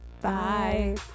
bye